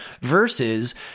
versus—